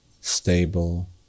stable